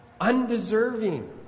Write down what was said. undeserving